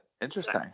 Interesting